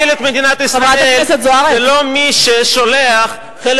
מי שיוביל את מדינת ישראל זה לא מי ששולח חלק